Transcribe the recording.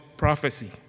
prophecy